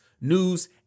news